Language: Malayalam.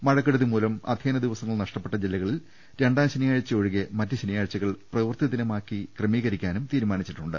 മഴക്കെടുതി മൂലം അധ്യയന ദിവസങ്ങൾ നഷ്ടപ്പെട്ട ജില്ലകളിൽ രണ്ടാം ശനിയാഴ്ച്ച ഒഴികെ മറ്റ് ശനിയാഴ്ച്ചകൾ പ്രവൃത്തി ദിനമായി ക്രമീകരിക്കാനും തീരുമാനിച്ചിട്ടുണ്ട്